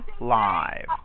live